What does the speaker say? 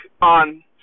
on